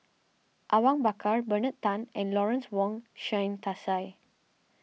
Awang Bakar Bernard Tan and Lawrence Wong Shyun Tsai